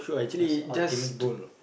what's your ultimate goal